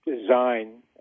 design